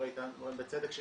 בצדק,